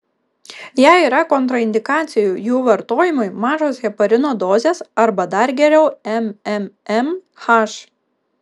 jei yra kontraindikacijų jų vartojimui mažos heparino dozės arba dar geriau mmmh